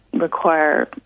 require